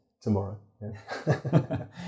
Tomorrow